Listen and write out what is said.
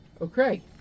okay